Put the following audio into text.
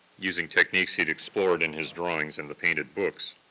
using techniques he'd explored in his drawings and the painted books.